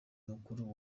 mukuru